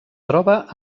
troba